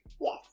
Yes